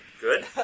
Good